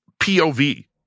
POV